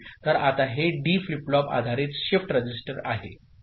तर आता हे डी फ्लिप फ्लॉप आधारित शिफ्ट रजिस्टर आहे